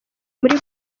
muri